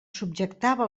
subjectava